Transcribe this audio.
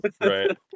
right